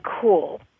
cool